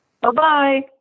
Bye-bye